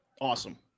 Awesome